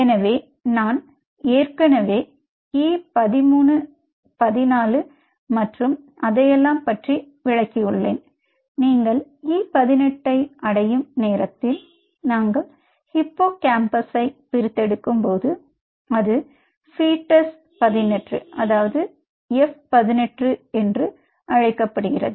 எனவே நான் ஏற்கனவே E 13 E 14 மற்றும் அதையெல்லாம் பற்றி விளக்கினேன் நீங்கள் E 18 ஐ அடையும் நேரத்தில் நாங்கள் ஹிப்போகாம்பஸை பிரித்தெடுக்கும்போது அது பீட்டஸ் F 18 என அழைக்கப்படுகிறது